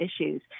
issues